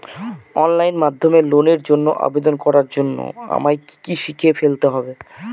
Online মাধ্যমে লোনের জন্য আবেদন করার জন্য আমায় কি কি শিখে ফেলতে হবে?